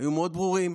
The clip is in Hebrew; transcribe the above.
היו מאוד ברורים,